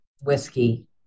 whiskey